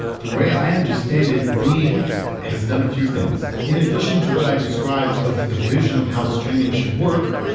the way i understand it, beam has done a few things. in addition to what i described of the vision of how streaming should work,